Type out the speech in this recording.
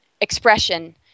expression